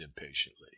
impatiently